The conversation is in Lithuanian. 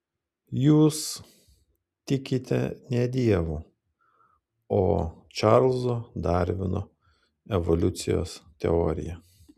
jūs tikite ne dievu o čarlzo darvino evoliucijos teorija